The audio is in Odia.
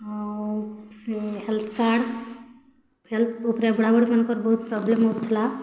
ଆଉ ସେ ହେଲ୍ଥ୍ କାର୍ଡ଼୍ ହେଲ୍ଥ୍ ଉପରେ ବୁଢ଼ାବୁଢ଼ୀମାନଙ୍କର୍ ବହୁତ୍ ପ୍ରୋବ୍ଲେମ୍ ହଉଥିଲା